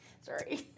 Sorry